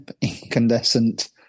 incandescent